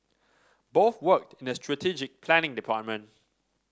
both worked in the strategic planning department